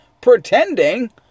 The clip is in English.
pretending